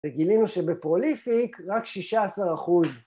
וגילינו שבפרוליפיק רק 16%